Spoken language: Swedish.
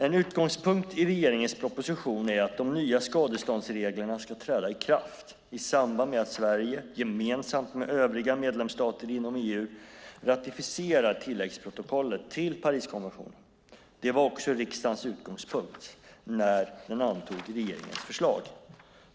En utgångspunkt i regeringens proposition är att de nya skadeståndsreglerna ska träda i kraft i samband med att Sverige, gemensamt med övriga medlemsstater inom EU, ratificerar tilläggsprotokollet till Pariskonventionen. Det var också riksdagens utgångspunkt när den antog regeringens förslag.